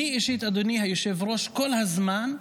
אדוני היושב-ראש, אני, אישית, כל הזמן,